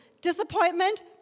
disappointment